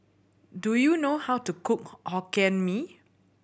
do you know how to cook Hokkien Mee